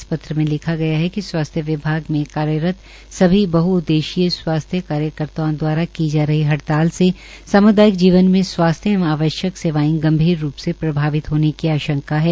इस पत्र में लिखा गया है कि स्वास्थ्य विभाग में कार्यरत बहउद्देशीय स्वास्थ्य कार्यकर्ताओं द्वारा की जा रही हड़ताल से साम्दायिक जीवन में स्वास्थ्य एवं आवश्यक सेवाएं गंभीर रूप से प्रभावित होने की आशंका है